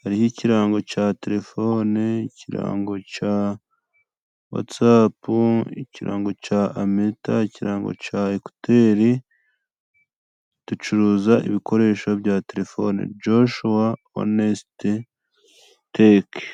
Hariho ikirango ca telefone, ikirango ca watsapu, ikirango ca ameta, ikirango ca ekuteri, ducuruza ibikoresho bya telefone. Joshuwa onesite teki.